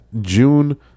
June